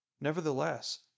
Nevertheless